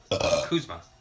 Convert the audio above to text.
Kuzma